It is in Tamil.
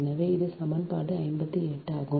எனவே இது சமன்பாடு 58 ஆகும்